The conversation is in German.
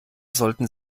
sollten